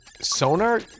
sonar